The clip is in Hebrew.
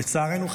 לצערנו,